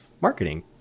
marketing